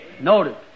Notice